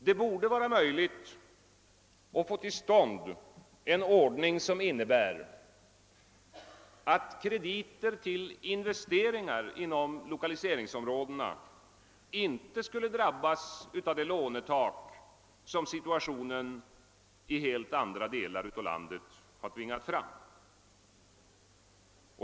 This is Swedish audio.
Det borde vara möjligt att få till stånd en ordning som innebär att krediter till investeringar inom lokaliseringsområdena inte drabbas av det lånetak som situationen i helt andra delar av landet tvingat fram.